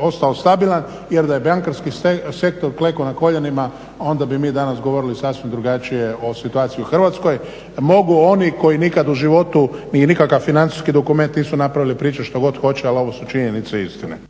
ostao stabilan jer da je bankarski sektor klekao na koljena onda bi mi danas govorili sasvim drugačije o situaciji u Hrvatskoj. Mogu oni koji nikad u životu nije nikakav financijski dokument napravili pričati što god hoće ali ovo su činjenice i istine.